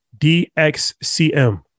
DXCM